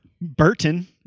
Burton